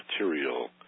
material